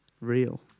real